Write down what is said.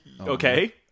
Okay